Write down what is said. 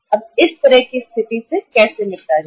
अब इस तरह की स्थिति से कैसे निपटा जाए